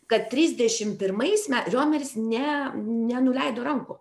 kad trisdešim pirmais me riomeris ne nenuleido rankų